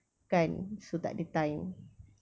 kan so tak ada time